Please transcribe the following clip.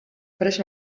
preso